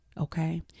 Okay